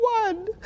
one